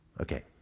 Okay